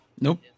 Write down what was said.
Nope